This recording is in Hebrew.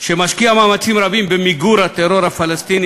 שמשקיע מאמצים רבים ב"מיגור" הטרור הפלסטיני